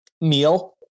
meal